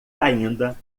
ainda